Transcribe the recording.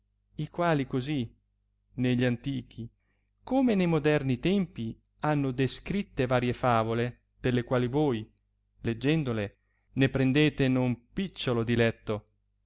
i quali così ne gli antichi come ne moderni tempi hanno descritte varie favole delle quali voi leggendole ne prendete non picciolo diletto